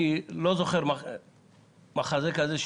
אני לא זוכר מחזה כזה,